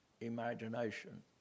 imagination